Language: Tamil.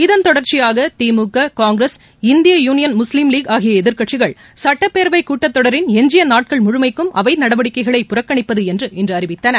இதன் தொடர்ச்சியாக திமுக காங்கிரஸ் இந்திய யூளியன் முஸ்லீம் லீக் ஆகிய எதிர்க்கட்சிகள் சட்டப்பேரவை கூட்டத்தொடரின் எஞ்ஜிய நாட்கள் முழுமைக்கும் அவை நடவடிக்கைகளை புறக்கணிப்பது என்று இன்று அறிவித்தன